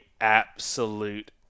absolute